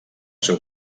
seu